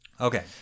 Okay